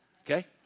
Okay